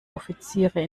offiziere